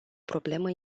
problemă